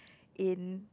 in